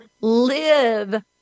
live